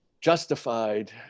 justified